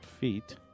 feet